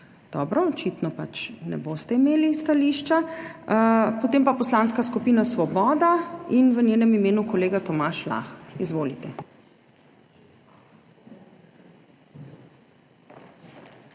Dobro, očitno pač ne boste imeli stališča. Potem pa Poslanska skupina Svoboda in v njenem imenu kolega Tomaž Lah. Izvolite.